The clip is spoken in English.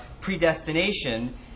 predestination